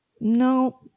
no